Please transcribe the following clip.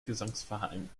gesangsverein